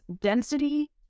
density